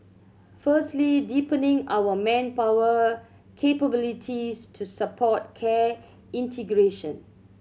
firstly deepening our manpower capabilities to support care integration